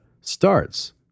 starts